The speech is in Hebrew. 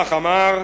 וכך אמר: